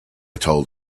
told